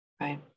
Right